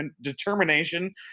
determination